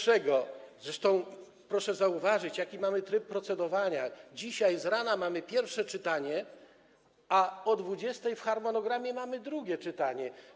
Zresztą proszę zauważyć, jaki mamy tryb procedowania: dzisiaj z rana mamy pierwsze czytanie, a o godz. 20 w harmonogramie mamy drugie czytanie.